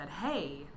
hey